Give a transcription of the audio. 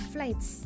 Flights